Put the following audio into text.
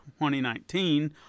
2019